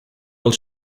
old